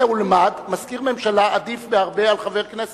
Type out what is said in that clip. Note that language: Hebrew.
צא ולמד, מזכיר ממשלה עדיף בהרבה על חבר כנסת.